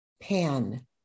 Pan